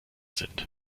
sind